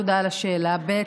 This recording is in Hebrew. תודה על השאלה, ב.